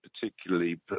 particularly